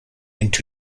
into